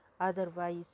otherwise